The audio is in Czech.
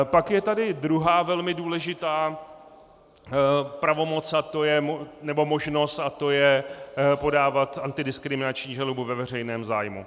Pak je tady druhá velmi důležitá pravomoc nebo možnost, a to je podávat antidiskriminační žalobu ve veřejném zájmu.